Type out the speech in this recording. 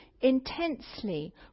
intensely